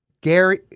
Gary